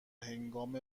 هنگام